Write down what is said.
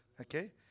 Okay